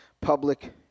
public